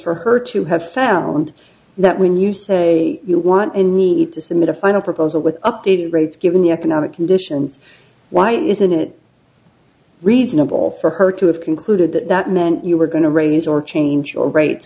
for her to have found that when you say you want to need to submit a final proposal with updated rates given the economic conditions why isn't it reasonable for her to have concluded that that meant you were going to raise or change your r